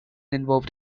involved